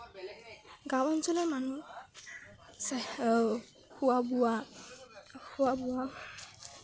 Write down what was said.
গাঁও অঞ্চলৰ মানুহ খোৱা বোৱা খোৱা বোৱা